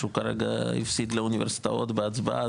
הוא כרגע הפסיד לאוניברסיטאות בהצבעה,